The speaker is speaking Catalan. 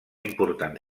important